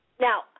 Now